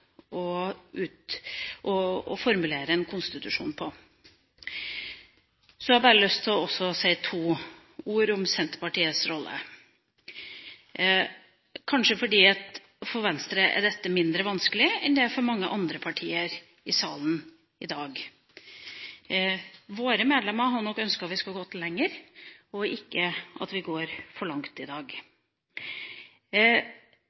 formulere en konstitusjon på. Jeg har lyst til også å si to ord om Senterpartiets rolle – fordi dette kanskje er mindre vanskelig for Venstre enn det er for mange andre partier i salen i dag. Våre medlemmer hadde nok ønsket at vi skulle ha gått lenger, ikke at vi går for langt i dag.